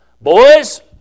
Boys